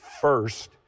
First